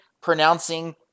pronouncing